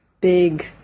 big